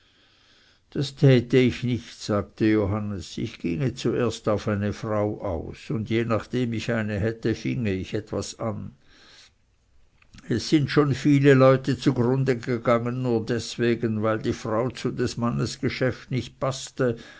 das täte ich nicht sagte johannes ich ginge zuerst auf eine frau aus und je nachdem ich eine hätte finge ich etwas an es sind schon viele leute zugrunde gegangen nur deswegen weil die frau zu des mannes geschäft nicht paßte